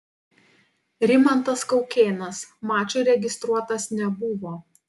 rimantas kaukėnas mačui registruotas nebuvo